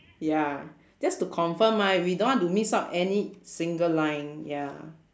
ya just to confirm ah if we don't want to miss out any single line ya